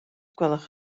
gwelwch